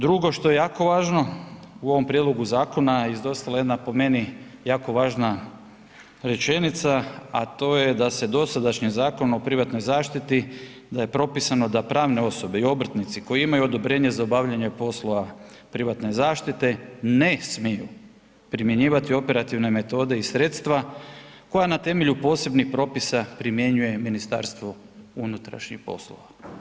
Drugo što je jako važno, u ovom prijedlogu zakona izostala je jedna po meni jako važna rečenica, a to je da se dosadašnji Zakon o privatnoj zaštiti, da je propisano da pravne osobe i obrtnici koji imaju odobrenje za obavljanje poslova privatne zaštite ne smiju primjenjivati operativne metode i sredstva koja na temelju posebnih propisa primjenjuje MUP.